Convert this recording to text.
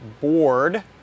board